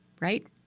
right